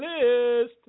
list